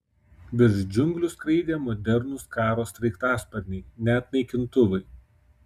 virš džiunglių skraidė modernūs karo sraigtasparniai net naikintuvai